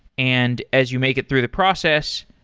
and as you make it through the process,